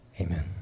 amen